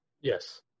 Yes